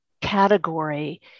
category